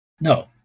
No